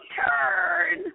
turn